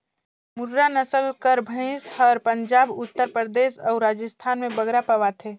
मुर्रा नसल कर भंइस हर पंजाब, उत्तर परदेस अउ राजिस्थान में बगरा पवाथे